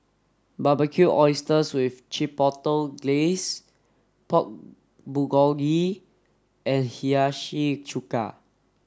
Barbecued Oysters with Chipotle Glaze Pork Bulgogi and Hiyashi chuka